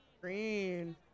Green